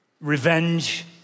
Revenge